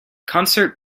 concert